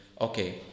okay